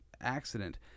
accident